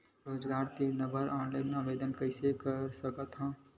मैं रोजगार ऋण बर ऑनलाइन आवेदन कइसे कर सकथव?